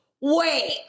wait